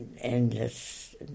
endless